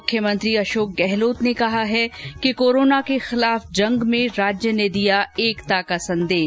मुख्यमंत्री अशोक गहलोत ने कहा है कि कोरोना के खिलाफ जंग में राज्य ने दिया एकता का संदेश